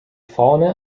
vorne